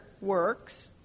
works